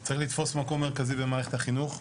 צריך לתפוס מקום מרכזי במערכת החינוך.